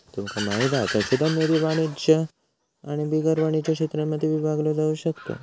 तुमका माहित हा संशोधन निधी वाणिज्य आणि बिगर वाणिज्य क्षेत्रांमध्ये विभागलो जाउ शकता